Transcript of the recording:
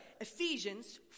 Ephesians